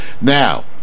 Now